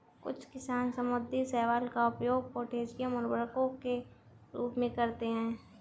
कुछ किसान समुद्री शैवाल का उपयोग पोटेशियम उर्वरकों के रूप में करते हैं